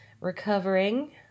recovering